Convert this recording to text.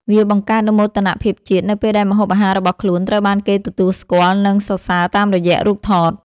វាបង្កើតនូវមោទនភាពជាតិ នៅពេលដែលម្ហូបអាហាររបស់ខ្លួនត្រូវបានគេទទួលស្គាល់ និងសរសើរតាមរយៈរូបថត។